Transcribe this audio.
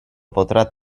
potrà